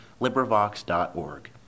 LibriVox.org